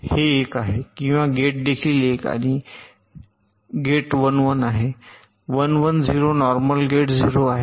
हे १ आहे किंवा गेट देखील 1 आणि गेट 1 1 आहे 1 1 0 नॉर्मल गेट 0 आहे